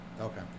Okay